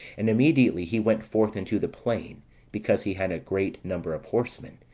and immediately he went forth into the plain because he had a great number of horsemen,